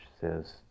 says